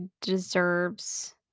deserves